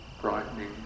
brightening